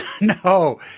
No